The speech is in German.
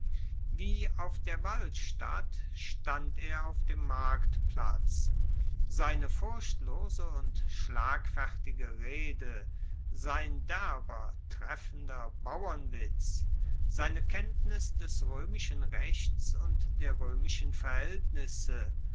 wie auf der walstatt stand er auf dem marktplatz seine furchtlose und schlagfertige rede sein derber treffender bauernwitz seine kenntnis des roemischen rechts und der roemischen verhaeltnisse